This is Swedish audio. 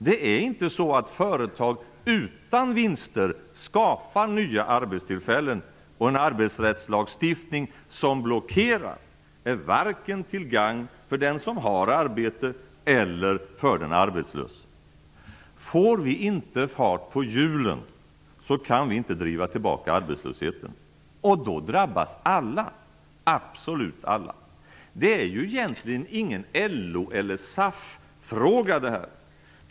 Det är inte så att företag utan vinster skapar nya arbetstillfällen, och en arbetsrättslagstiftning som blockerar är varken till gagn för den som har arbete eller för den arbetslöse. Får vi inte fart på hjulen, kan vi inte driva tillbaka arbetslösheten, och då drabbas alla - absolut alla. Detta är ju egentligen ingen LO eller SAF-fråga.